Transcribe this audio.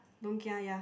don't kia ya